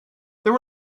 there